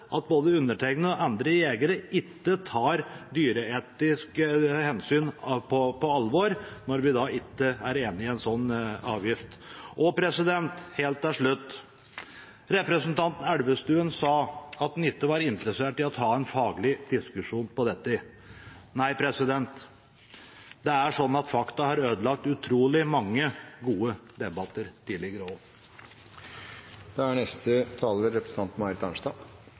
at både undertegnede og andre jegere ikke tar dyreetiske hensyn på alvor når vi ikke er enig i en slik avgift. Og helt til slutt: Representanten Elvestuen sa at han ikke var interessert i å ta en faglig diskusjon om dette. Nei, det er slik at fakta har ødelagt utrolig mange gode debatter også tidligere. Også jeg finner grunn til – etter dette ordskiftet og